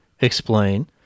explain